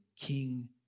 King